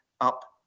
up